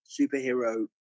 superhero